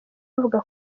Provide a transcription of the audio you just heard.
bavuga